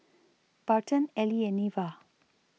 Barton Ely and Neva